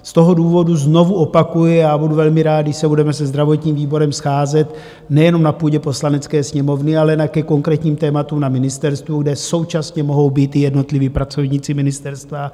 Z toho důvodu znovu opakuji, a budu velmi rád, když se budeme se zdravotním výborem scházet nejenom na půdě Poslanecké sněmovny, ale ke konkrétním tématům na ministerstvu, kde současně mohou být i jednotliví pracovníci ministerstva.